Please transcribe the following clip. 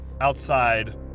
outside